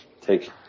Take